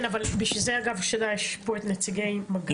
כן, אבל בשביל זה יש פה את נציגי מג"ב.